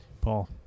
Paul